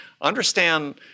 understand